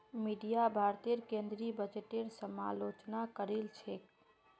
media भारतेर केंद्रीय बजटेर समालोचना करील छेक